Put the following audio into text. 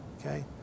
okay